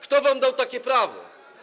Kto wam dał takie prawo?